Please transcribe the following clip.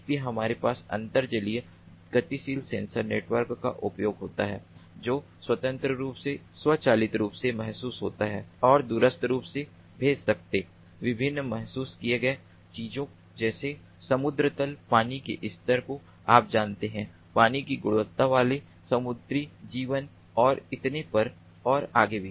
इसलिए हमारे पास अंतर्जलीय गतिशील सेंसर नेटवर्क का उपयोग होता है जो स्वतंत्र रूप से स्वचालित रूप से महसूस होता है और दूरस्थ रूप से भेज सकते विभिन्न महसूस किये गए चीजों जैसे समुद्र तल पानी के स्तर को आप जानते हैं पानी की गुणवत्ता वाले समुद्री जीवन और इतने पर और आगे भी